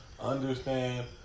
understand